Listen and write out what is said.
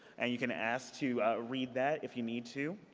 and you can ask to read that if you need to.